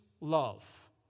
love